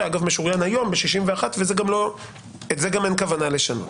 משוריין היום ב-61 ואת זה גם אין כוונה לשנות.